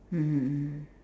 mmhmm mmhmm